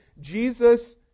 Jesus